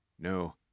no